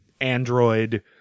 android